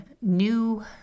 new